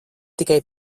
tikai